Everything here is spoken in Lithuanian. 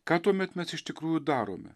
ką tuomet mes iš tikrųjų darome